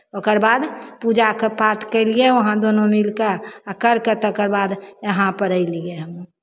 ओकर बाद पूजाके पाठ केलियै वहाँ दोनो मिलि कऽ आ करि कऽ तकर बाद यहाँपर अयलियै हम